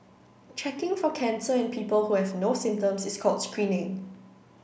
checking for cancer in people who have no symptoms is called screening